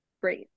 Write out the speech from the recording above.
great